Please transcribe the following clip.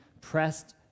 pressed